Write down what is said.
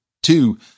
Two